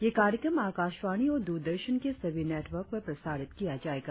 यह कार्यक्रम आकाशवाणी और दूरदर्शन के सभी नेटवर्क पर प्रसारित किया जायेगा